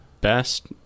best